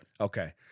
Okay